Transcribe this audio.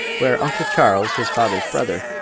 where uncle charles, his father's brother,